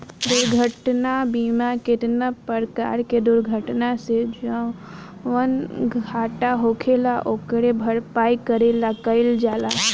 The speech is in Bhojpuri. दुर्घटना बीमा केतना परकार के दुर्घटना से जवन घाटा होखेल ओकरे भरपाई करे ला कइल जाला